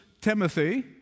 Timothy